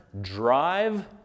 drive